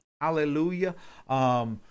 Hallelujah